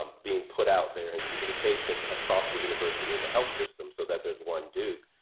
um being put out there in communications across the university and the health system so that there's one duke.